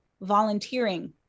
volunteering